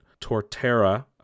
Torterra